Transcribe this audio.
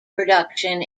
production